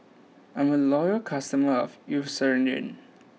I'm a loyal customer of Eucerin